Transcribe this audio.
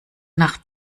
nach